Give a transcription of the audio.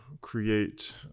create